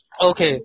Okay